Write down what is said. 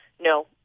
No